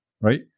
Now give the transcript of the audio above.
right